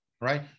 right